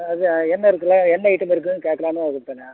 அதுதான் என்ன இருக்குது என்ன ஐட்டம் இருக்குதுன்னு கேட்கலான்னு கூப்பிட்டங்க